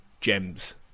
gems